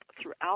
throughout